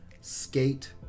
Skate